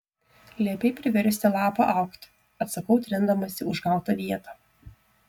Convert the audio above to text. liepei priversti lapą augti atsakau trindamasi užgautą vietą